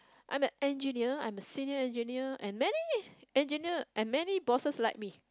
I'm an engineer I'm a senior engineer and many engineer and many bosses like me